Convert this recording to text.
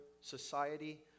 society